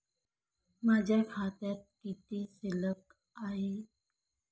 माझ्या खात्यात किती शिल्लक आहे?